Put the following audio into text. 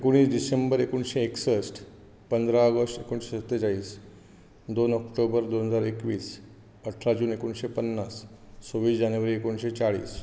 एकोणीस डिसेंबर एकोणिशें एकसश्ट पंदरा ऑगस्ट एकूणशे सत्तेचाळीस दोन ऑक्टोबर दोन हजार एकवीस अठरा जून एकोणिशें पन्नास सव्वीस जानेवारी एकोणिशें चाळीस